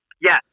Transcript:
Yes